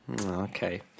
Okay